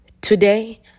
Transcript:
today